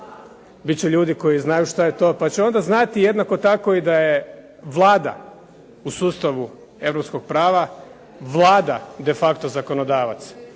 će ljudi koji znaju što je to, pa će onda znati jednako tako i da je Vlada u sustavu Europskog prava Vlada de facto zakonodavac